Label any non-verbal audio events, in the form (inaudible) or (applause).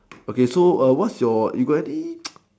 okay so err what's your you got any (noise)